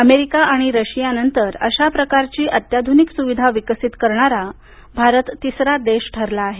America आणि रशियानंतर अशा प्रकारची अत्याधुनिक सुविधा विकसित करणारा भारत तिसरा देश ठरला आहे